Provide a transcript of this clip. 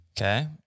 Okay